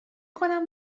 کنم